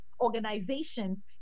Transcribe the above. organizations